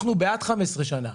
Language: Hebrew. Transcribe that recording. אנחנו בעד 15 שנה,